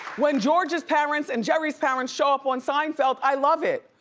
when george's parents and jerry's parents show up on seinfeld i love it.